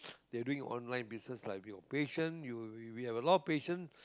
they doing online business lah patience if you have a lot of patience